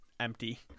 empty